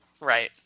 Right